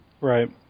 right